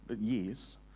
years